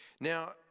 Now